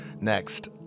next